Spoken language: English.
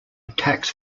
attacks